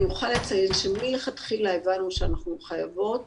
אני מוכרחה לציין שמלכתחילה הבנו שאנחנו חייבות